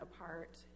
apart